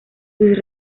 sus